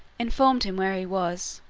informed him where he was,